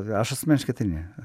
aš asmeniškai tai ne